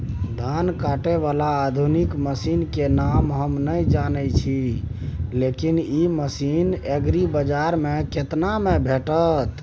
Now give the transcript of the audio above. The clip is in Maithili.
धान काटय बाला आधुनिक मसीन के नाम हम नय जानय छी, लेकिन इ मसीन एग्रीबाजार में केतना में भेटत?